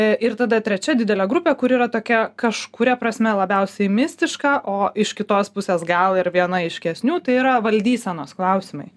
ir tada trečia didelė grupė kuri yra tokia kažkuria prasme labiausiai mistiška o iš kitos pusės gal ir viena aiškesnių tai yra valdysenos klausimai